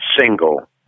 single